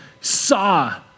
saw